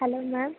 hello ma'am